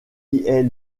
est